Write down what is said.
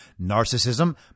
Narcissism